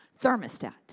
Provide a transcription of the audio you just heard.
Thermostat